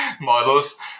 models